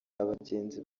abagenzi